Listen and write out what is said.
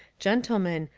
gentlemen,